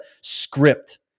script